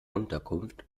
unterkunft